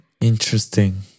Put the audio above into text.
Interesting